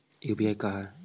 UPI का है?